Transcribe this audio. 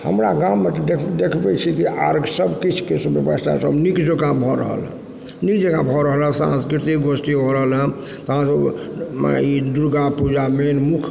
हमरा गाममे देखते छी कि आर सब चीजकेँ व्यवस्था सब नीक जकाँ भऽ रहल अछि नीक जकाँ भऽ रहल हँ सांस्कृतिक गोष्ठी हो रहल हँ अहाँकेँ दुर्गा पूजा ई मेन मुख्य